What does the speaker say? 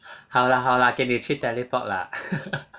好啦好啦给你去 teleport lah